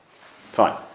fine